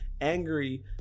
angry